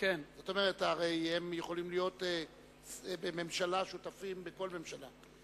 הם יכולים להיות שותפים בכל ממשלה,